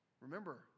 Remember